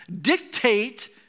dictate